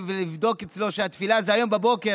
ולא בדקה אצלו שהתפילה זה היום בבוקר.